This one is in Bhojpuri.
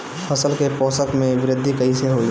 फसल के पोषक में वृद्धि कइसे होई?